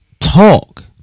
talk